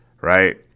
right